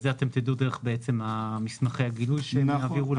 את זה תדעו דרך מסמכי הגילוי שהם יעבירו לכם?